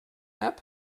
app